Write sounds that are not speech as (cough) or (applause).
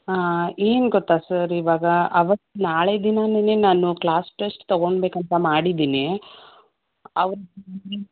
ಏನು ಗೊತ್ತಾ ಸರ್ ಇವಾಗ ಅವತ್ತು ನಾಳೆ ದಿನನೇ ನಾನು ಕ್ಲಾಸ್ ಟೆಸ್ಟ್ ತಗೊಳ್ಬೇಕಂತ ಮಾಡಿದ್ದೀನಿ (unintelligible)